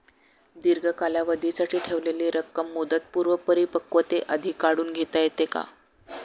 दीर्घ कालावधीसाठी ठेवलेली रक्कम मुदतपूर्व परिपक्वतेआधी काढून घेता येते का?